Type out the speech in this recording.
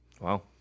Wow